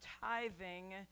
tithing